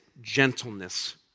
gentleness